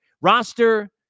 roster